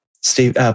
Steve